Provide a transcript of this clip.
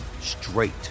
straight